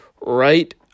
right